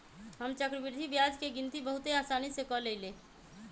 हम चक्रवृद्धि ब्याज के गिनति बहुते असानी से क लेईले